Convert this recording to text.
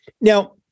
Now